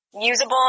usable